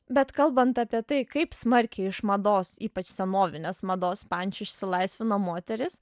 bet kalbant apie tai kaip smarkiai iš mados ypač senovinės mados pančių išsilaisvino moterys